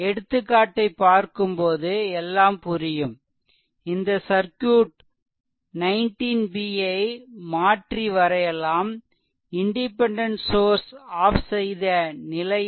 எடுத்துக்காட்டை பார்க்கும்போது எல்லாம் புரியும் இந்த சர்க்யூட் 19 b ஐ மாற்றி வரையலாம் இண்டிபெண்டென்ட் சோர்ஸ் ஆஃப் செய்த நிலையில்